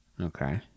okay